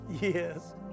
Yes